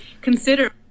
consider